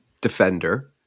defender